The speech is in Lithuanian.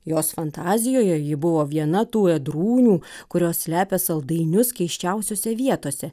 jos fantazijoje ji buvo viena tų ėdrūnių kurios slepia saldainius keisčiausiose vietose